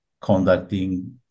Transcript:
conducting